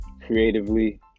creatively